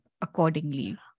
accordingly